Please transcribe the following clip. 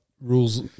rules